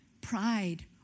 pride